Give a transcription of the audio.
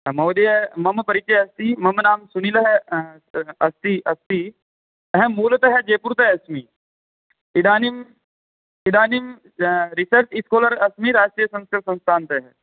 महोदय मम परिचयः अस्ति मम नाम सुनीलः अस्ति अस्ति अहं मूलतः जयपुरतः अस्मि इदानीम् इदानीं रिसर्च् इस्कोलर् अस्मि राष्ट्रियसंस्कृतसंस्थानतः